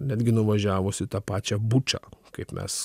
netgi nuvažiavusi tą pačią bučą kaip mes